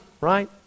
right